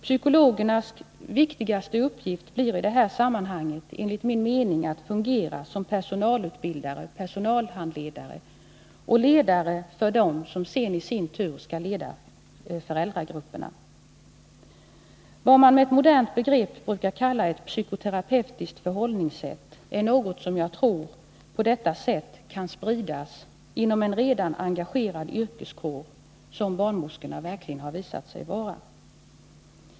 Psykologernas viktigaste uppgift blir i det sammanhanget enligt min mening att fungera som personalutbildare, personalhandledare och ledare för dem som sedan i sin tur skall leda föräldragrupperna. Vad man med ett modernt begrepp brukar kalla ett psykoterapeutiskt förhållningssätt är något som jag tror på detta sätt kan spridas inom en redan engagerad yrkeskår, som barnmorskorna verkligen har visat sig vara.